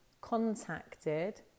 contacted